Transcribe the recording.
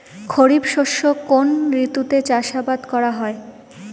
খরিফ শস্য কোন ঋতুতে চাষাবাদ করা হয়?